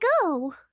go